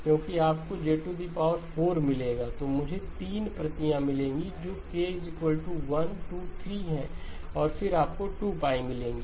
क्योंकि आपको Z4 मिलेगा तो मुझे 3 प्रतियाँ मिलेंगी जो k 123 हैं और फिर आपको 2मिलेंगे